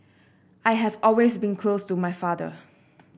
I have always been close to my father